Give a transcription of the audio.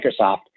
Microsoft